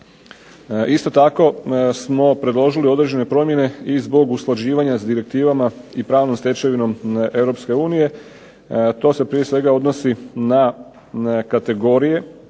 Isto tako smo predložili određene promjene i zbog usklađivanja s direktivama i pravnom stečevinom Europske unije, to se prije svega odnosi na kategorije,